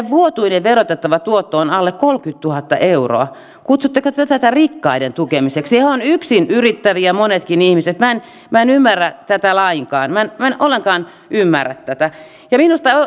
vuotuinen verotettava tuotto on alle kolmekymmentätuhatta euroa kutsutteko te te tätä rikkaiden tukemiseksi he ovat yksinyrittäviä näistä monetkin ihmiset minä en minä en ymmärrä tätä lainkaan minä minä en ollenkaan ymmärrä tätä minusta